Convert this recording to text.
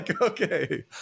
okay